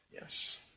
yes